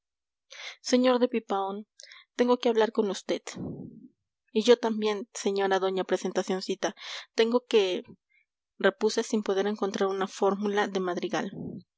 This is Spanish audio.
sr de pipaón tengo que hablar con usted y yo también señora doña presentacioncita tengo que repuse sin poder encontrar una fórmula de madrigal